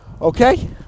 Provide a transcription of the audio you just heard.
Okay